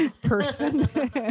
person